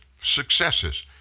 successes